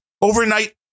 overnight